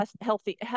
healthy